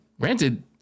granted